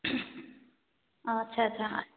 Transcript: ଆଚ୍ଛା ଆଚ୍ଛା